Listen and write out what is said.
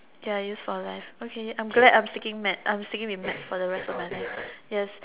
ya use for life okay I'm glad I'm sticking maths I'm sticking with maths for the rest of my life yes